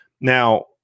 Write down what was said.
Now